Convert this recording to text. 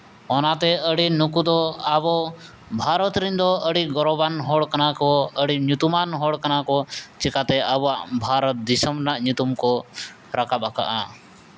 ᱚᱱᱟᱛᱮ ᱟᱹᱰᱤ ᱱᱩᱠᱩ ᱫᱚ ᱟᱵᱚ ᱵᱷᱟᱨᱚᱛ ᱨᱮᱱ ᱫᱚ ᱟᱹᱰᱤ ᱜᱚᱨᱚᱵᱟᱱ ᱦᱚᱲ ᱠᱟᱱᱟ ᱠᱚ ᱟᱹᱰᱤ ᱧᱩᱛᱩᱢᱟᱱ ᱦᱚᱲ ᱠᱟᱱᱟ ᱠᱚ ᱪᱤᱠᱟᱛᱮ ᱟᱵᱚᱣᱟᱜ ᱵᱷᱟᱨᱚᱛ ᱫᱤᱥᱚᱢ ᱨᱮᱱᱟᱜ ᱧᱩᱛᱩᱢ ᱠᱚ ᱨᱟᱠᱟᱵ ᱠᱟᱜᱼᱟ